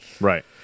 right